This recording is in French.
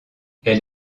elle